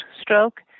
stroke